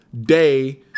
day